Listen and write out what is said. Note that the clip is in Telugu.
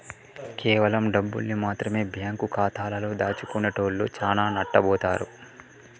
కేవలం డబ్బుల్ని మాత్రమె బ్యేంకు ఖాతాలో దాచుకునేటోల్లు చానా నట్టబోతారు